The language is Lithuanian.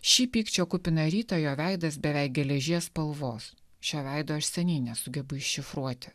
šį pykčio kupiną rytą jo veidas beveik geležies spalvos šio veido aš seniai nesugebu iššifruoti